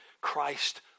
Christ